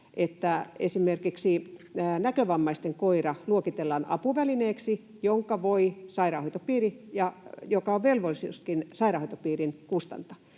esimerkiksi näkövammaisten koira luokitellaan apuvälineeksi, jonka voi sairaanhoitopiiri ja joka on sairaanhoitopiirin